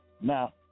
Now